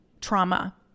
trauma